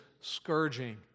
scourging